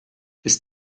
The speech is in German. ist